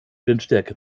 windstärke